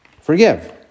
forgive